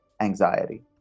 anxiety